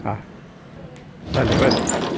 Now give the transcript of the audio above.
હા ભલે ભલે ભલે